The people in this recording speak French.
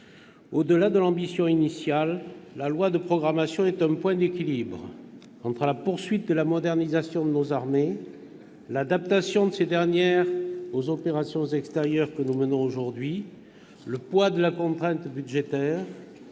Au-delà de l'ambition initiale, le projet de loi de programmation est un point d'équilibre entre la poursuite de la modernisation de nos armées, l'adaptation de ces dernières aux opérations extérieures que nous menons aujourd'hui, le poids de la contrainte budgétaire